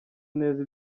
neza